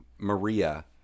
Maria